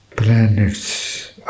Planets